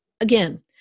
again